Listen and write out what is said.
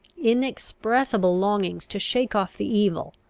inexpressible longings to shake off the evil,